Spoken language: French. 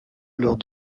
lors